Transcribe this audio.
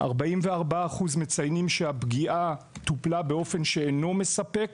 44% מציינים שהפגיעה טופלה באופן שאינו מספק